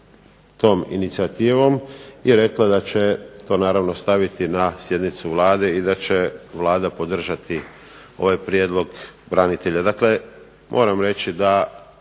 tom inicijativom, i rekla da će to naravno staviti na sjednicu Vlade i da će Vlada podržati ovaj prijedlog branitelja.